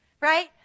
Right